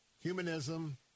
humanism